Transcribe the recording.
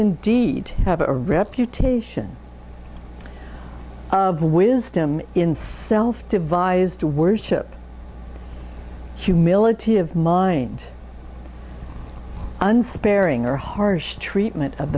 indeed have a reputation of wisdom in self devised to worship humility of mind unsparing or harsh treatment of